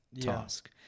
task